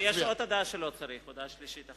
ויש עוד הודעה שלישית שלא צריך.